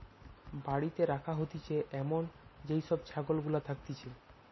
বাড়িতে রাখা হতিছে এমন যেই সব ছাগল গুলা থাকতিছে